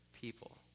people